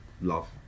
love